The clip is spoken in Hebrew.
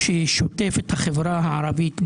ששוטף את החברה הערבית בדם.